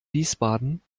wiesbaden